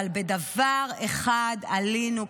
אבל בדבר אחד עלינו.